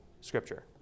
scripture